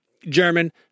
German